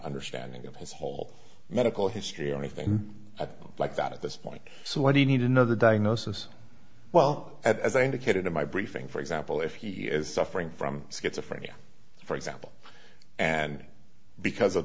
understanding of his whole medical history or anything like that at this point so why do you need another diagnosis well as i indicated in my briefing for example if he is suffering from schizophrenia for example and because of